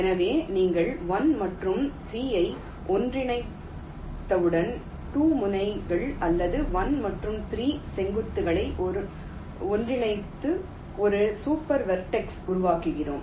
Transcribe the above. எனவே நீங்கள் 1 மற்றும் 3 ஐ ஒன்றிணைத்தவுடன் 2 முனைகள் அல்லது 1 மற்றும் 3 செங்குத்துகளை ஒன்றிணைத்து ஒரு சூப்பர் வெர்டெக்ஸை உருவாக்குகிறோம்